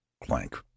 clank